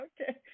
okay